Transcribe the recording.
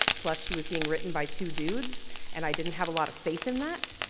plus she was being written by two dudes and i didn't have a lot of faith in that.